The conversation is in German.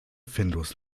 findus